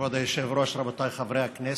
כבוד היושב-ראש, רבותיי חברי הכנסת,